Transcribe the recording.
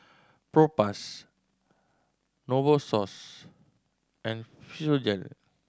Propass Novosource and Physiogel